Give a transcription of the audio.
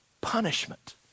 punishment